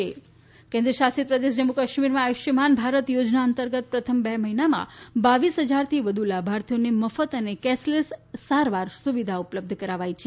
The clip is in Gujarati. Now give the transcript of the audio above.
જમ્મુ કાશ્મીર આયુષ્માન કેન્દ્ર શાસિત પ્રદેશ જમ્મુ કાશ્મીરમાં આયુષ્યમાન ભારત યોજના અંતર્ગત પ્રથમ બે મહિનામાં બાવીસ હજાર થી વધુ લાભાર્થીઓને મફત અને કેશલેસ સારવાર સુવિધા ઉપ લબ્ધ કરાવાઇ છે